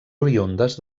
oriündes